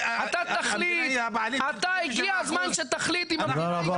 אתה, הגיע הזמן שתחליט אם המדינה היא גם שלך.